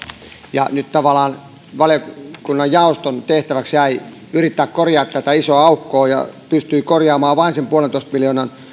ja nyt tavallaan valiokunnan jaoston tehtäväksi jäi yrittää korjata tätä isoa aukkoa ja pystyä korjaamaan vain sen yhden pilkku viiden miljoonan